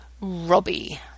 Robbie